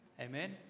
Amen